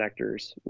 connectors